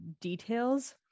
details